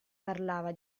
parlava